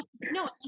No